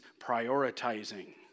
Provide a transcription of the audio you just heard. prioritizing